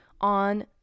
on